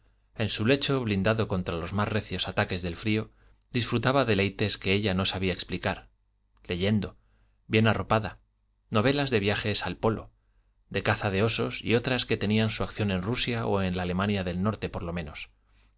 en su lecho blindado contra los más recios ataques del frío disfrutaba deleites que ella no sabía explicar leyendo bien arropada novelas de viajes al polo de cazas de osos y otras que tenían su acción en rusia o en la alemania del norte por lo menos